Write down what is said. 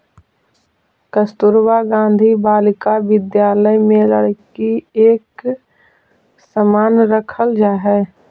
कस्तूरबा गांधी बालिका विद्यालय में लड़की के एक समान रखल जा हइ